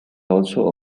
also